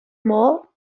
mall